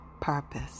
purpose